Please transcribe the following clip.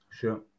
Sure